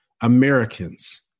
Americans